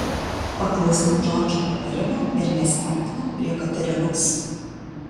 paklausiau džordžo patarimo ir nesiartinau prie katerinos